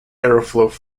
aeroflot